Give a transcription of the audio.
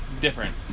Different